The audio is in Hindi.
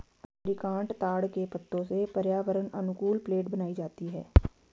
अरीकानट ताड़ के पत्तों से पर्यावरण अनुकूल प्लेट बनाई जाती है